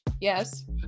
Yes